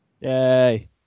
Yay